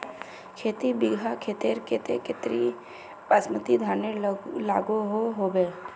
खेती बिगहा खेतेर केते कतेरी बासमती धानेर लागोहो होबे?